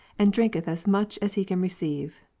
and drinketh as much as he can receive,